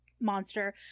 monster